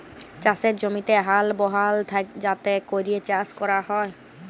চাষের জমিতে হাল বহাল যাতে ক্যরে চাষ ক্যরা হ্যয়